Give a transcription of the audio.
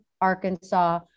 Arkansas